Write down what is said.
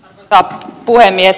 arvoisa puhemies